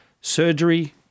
Surgery